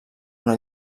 una